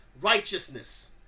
righteousness